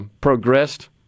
progressed